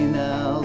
now